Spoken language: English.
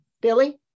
Billy